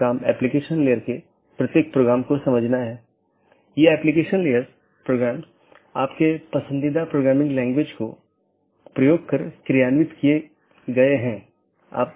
इसका मतलब है कि BGP का एक लक्ष्य पारगमन ट्रैफिक की मात्रा को कम करना है जिसका अर्थ है कि यह न तो AS उत्पन्न कर रहा है और न ही AS में समाप्त हो रहा है लेकिन यह इस AS के क्षेत्र से गुजर रहा है